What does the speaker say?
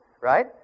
right